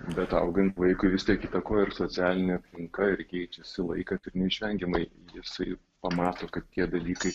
bet augant vaikui vis tiek įtakoja ir socialinė aplinka ir keičiasi laikas neišvengiamai jisai pamato kad tie dalykai